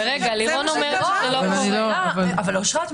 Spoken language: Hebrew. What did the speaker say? --- אשרת,